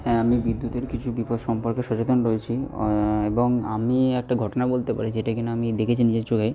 হ্যাঁ আমি বিদ্যুতের কিছু বিপদ সম্পর্কে সচেতন রয়েছি এবং আমি একটা ঘটনা বলতে পারি যেটা কিনা আমি দেখেছি নিজের চোখে